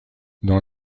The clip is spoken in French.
dans